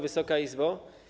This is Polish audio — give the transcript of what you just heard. Wysoka Izbo!